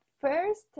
First